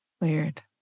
Weird